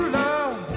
love